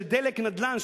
של "דלק נדל"ן",